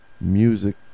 music